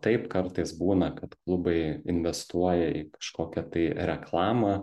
taip kartais būna kad klubai investuoja į kažkokią tai reklamą